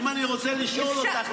אם אני רוצה לשאול אותך,